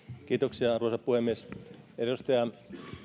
kiitoksia arvoisa puhemies edustaja